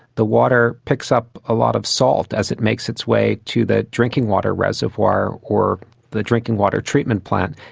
the water picks up a lot of salt as it makes its way to the drinking water reservoir or the drinking water treatment plant,